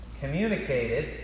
communicated